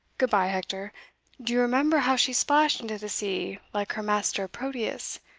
good-bye, hector do you remember how she splashed into the sea like her master proteus,